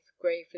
gravely